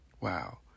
Wow